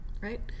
right